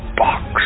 box